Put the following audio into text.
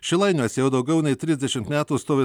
šilainiuose jau daugiau nei trisdešimt metų stovi